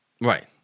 Right